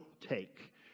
take